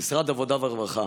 במשרד העבודה והרווחה